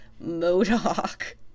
Modoc